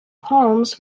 holmes